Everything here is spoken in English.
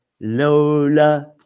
Lola